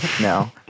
No